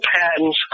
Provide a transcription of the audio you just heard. patents